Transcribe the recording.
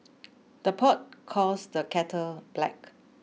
the pot calls the kettle black